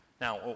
Now